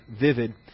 vivid